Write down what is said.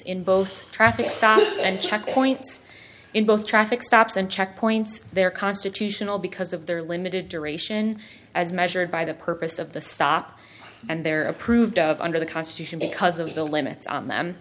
in both traffic stops and checkpoints in both traffic stops and checkpoints there constitutional because of their limited duration as measured by the purpose of the stop and they are approved of under the constitution because of the limits on them